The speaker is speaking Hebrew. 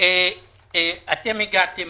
אתם הגעתם